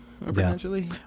potentially